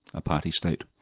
a party state,